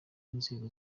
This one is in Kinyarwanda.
inzego